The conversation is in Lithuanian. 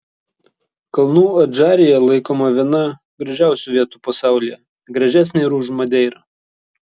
kalnų adžarija laikoma viena gražiausių vietų pasaulyje gražesnė ir už madeirą